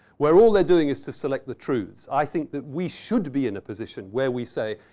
where all they're doing is to select the truths, i think that we should be in a position where we say,